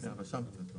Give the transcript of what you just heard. אני מציע 21 יום.